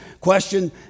question